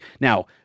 Now